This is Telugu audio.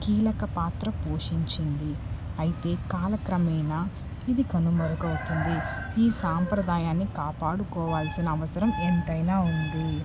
కీలక పాత్ర పోషించింది అయితే కాలక్రమేణా ఇది కనుమరుగవుతుంది ఈ సాంప్రదాయాన్ని కాపాడుకోవాల్సిన అవసరం ఎంతైనా ఉంది